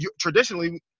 traditionally